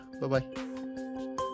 Bye-bye